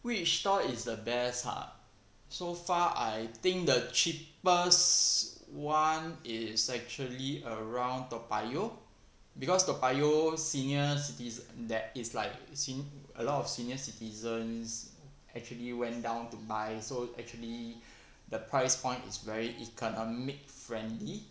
which store is the best ha so far I think the cheapest [one] is actually around toa payoh because toa payoh senior citize~ ther~ is like seeing a lot of senior citizens actually went down to buy so actually the price point is actually very economic friendly